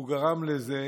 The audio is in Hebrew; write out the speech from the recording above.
הוא גרם לזה